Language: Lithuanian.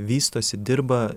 vystosi dirba